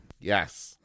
Yes